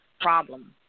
problem